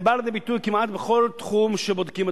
זה בא לידי ביטוי כמעט בכל תחום שבודקים,